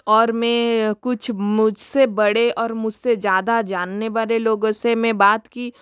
और मैं कुछ मुझ से बड़े और मुझ से ज़्यादा जानने वाले लोगों से मैं बात की